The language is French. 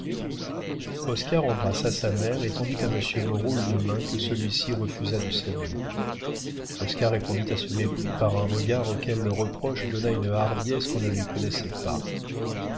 oscar embrassa sa mère et tendit à monsieur moreau une main que celui-ci refusa de serrer oscar répondit à ce mépris par un regard auquel le reproche donna une hardiesse qu'on ne lui connaissait pas